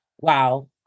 Wow